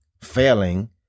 failing